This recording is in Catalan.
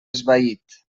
esvaït